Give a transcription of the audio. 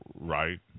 right